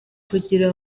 kugira